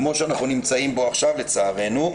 כמו שאנחנו נמצאים בו עכשיו לצערנו,